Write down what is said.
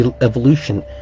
evolution